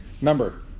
Remember